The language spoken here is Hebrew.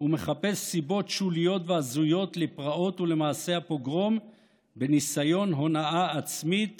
ומחפש סיבות שוליות והזויות לפרעות ולמעשי הפוגרום בניסיון הונאה עצמית